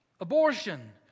abortion